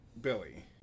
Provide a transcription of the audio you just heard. Billy